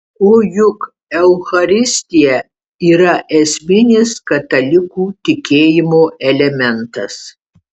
o juk eucharistija yra esminis katalikų tikėjimo elementas